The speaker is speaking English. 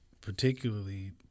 particularly